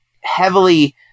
heavily